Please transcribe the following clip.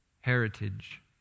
heritage